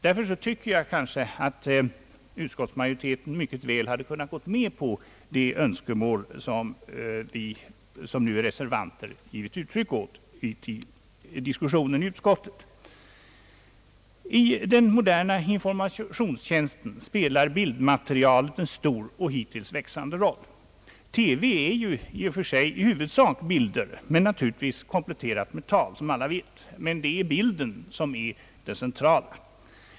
Därför tycker jag att utskottsmajoriteten mycket väl bort kunna gå med på det önskemål som vi reservanter givit uttryck åt vid diskussionen i utskottet. I den moderna informationstjänsten spelar bildmaterialet en stor och hittills växande roll. TV är ju i huvudsak bilder, naturligtvis kompletterade med tal, som alla vet. Men det är bilden som är det centrala.